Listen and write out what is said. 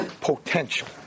potential